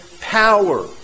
power